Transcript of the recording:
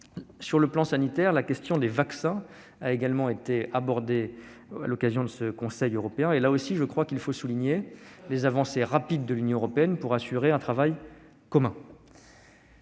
Sur le plan sanitaire, la question des vaccins a également été abordée à l'occasion du Conseil européen. Il faut souligner les avancées rapides de l'Union européenne pour assurer un travail commun.